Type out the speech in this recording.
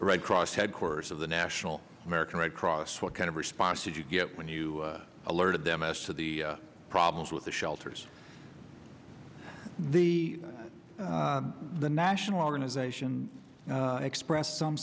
red cross headquarters of the national american red cross what kind of responses you get when you alerted them as to the problems with the shelters the the national organization expressed some